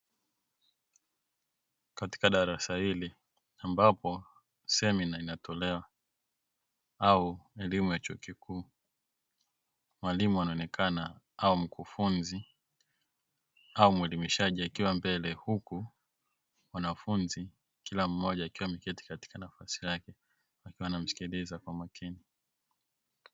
Katika darasa hili ambapo semina inatolewa au elimu ya chuo kikuu, mwalimu anaonekana au mkufunzi au muelimishaji, akiwa mbele huku wanafunzi kila mmoja akiwa ameketi katika nafasi yake akiwa anamsikiliza kwa makini.